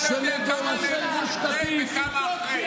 אתה לא יודע כמה נהרגו לפני וכמה אחרי.